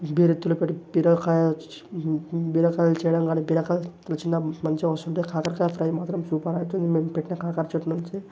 బీర విత్తులతోటి బీరకాయలు బీరకాయలు చేయడం కానీ బీరకాయ రుచిగా మంచిగ వస్తుంటే కాకరకాయ ఫ్రై మాత్రం సూపర్ అవుతుంది మేము పెట్టిన కాకర చెట్టు నుంచి